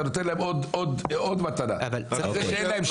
אתה נותן להם עוד מתנה על זה שאין להם שר"פ.